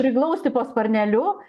priglausti po sparneliu